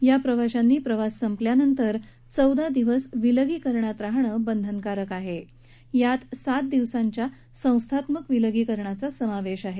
या प्रवाशांनी प्रवास संपल्यानंतर चौदा दिवस विलगीकरणात रहाणं बंधनकारक आहे यात सात दिवसांच्या संस्थात्मक विलगीकरणाचा समावेश आहे